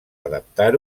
adaptar